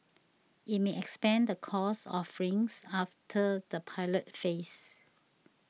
it may expand the course offerings after the pilot phase